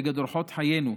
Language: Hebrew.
נגד אורחות חיינו.